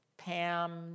Pam